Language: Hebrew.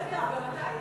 בטח.